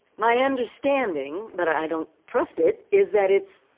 my understanding, but i don't trust it, is that it's